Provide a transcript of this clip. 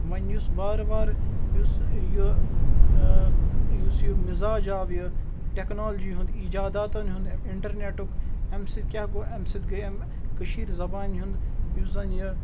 وۄنۍ یُس وارٕ وارٕ یُس یہِ یُس یہِ مِزاج آو یہِ ٹٮ۪کنالجی ہُنٛد ایٖجاداتَن ہُنٛد امہِ اِنٹَرنیٚٹُک اَمہِ سۭتۍ کیٛاہ گوٚو اَمہِ سۭتۍ گٔے اَمہِ کٔشیٖرِ زَبانہِ ہُنٛد یُس زَن یہِ